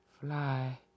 fly